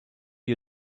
you